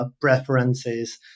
preferences